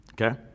Okay